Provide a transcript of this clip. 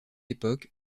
époque